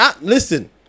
Listen